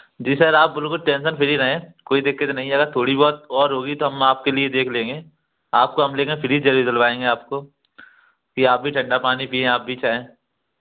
जी sir आप बिलकुल tension free रहें कोई दिक्कत नहीं अगर थोड़ी बहुत और होगी तो हम आपके लिए देख लेंगे आपको हम लेंगे फ्रीजर ही दिलवाएँगे आपको कि आप भी ठण्डा पानी पियें आप भी चाहें